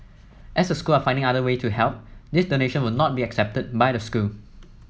as the school are finding other way to help these donation would not be accepted by the school